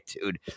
dude